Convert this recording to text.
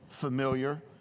familiar